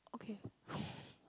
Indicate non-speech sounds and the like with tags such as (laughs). okay (laughs)